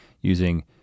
using